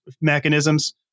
mechanisms